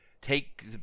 take